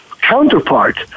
counterpart